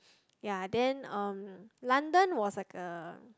ya then um London was like a